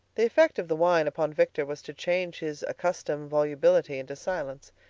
the effect of the wine upon victor was to change his accustomed volubility into silence.